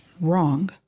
wrong